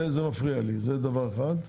זה מפריע לי, זה דבר אחד.